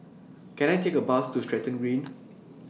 Can I Take A Bus to Stratton Green